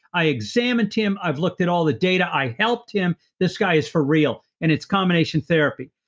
i examined him. i've looked at all the data. i helped him. this guy is for real and it's combination therapy.